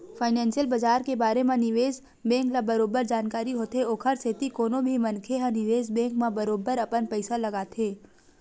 financial बजार के बारे म निवेस बेंक ल बरोबर जानकारी होथे ओखर सेती कोनो भी मनखे ह निवेस बेंक म बरोबर अपन पइसा लगाथे